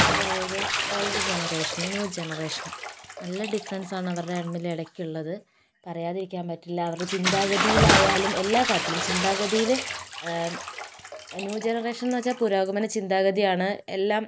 അതായത് ഓൾഡ് ജനറേഷനും ന്യൂ ജനറേഷനും നല്ല ഡിഫറെൻസ് ആണ് അവർ തമ്മിൽ ഇടയ്ക്കുള്ളത് പറയാതിരിക്കാൻ പറ്റില്ല അവരുടെ ചിന്താഗതിയിൽ ആയാലും എല്ലാ കാര്യത്തിലും ചിന്താഗതിയില് ന്യൂ ജനറേഷൻ എന്നുവച്ചാൽ പുരോഗമന ചിന്താഗതിയാണ് എല്ലാം